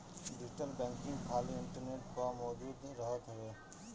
digital banking खाली internet पअ मौजूद रहत हवे